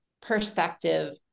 perspective